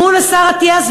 מול השר אטיאס,